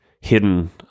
hidden